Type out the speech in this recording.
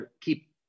keep